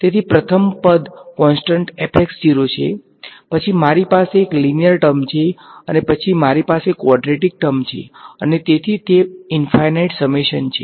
તેથી પ્રથમ પદ કોન્સટંટ છે પછી મારી પાસે એક લીનીયર ટર્મ છે અને પછી મારી પાસે ક્વોડ્રેટીક ટર્મ છે અને તેથી તે ઈનફાઈનાઈટ સમેશન છે